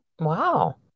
Wow